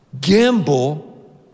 Gamble